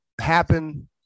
happen